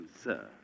sir